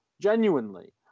genuinely